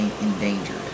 endangered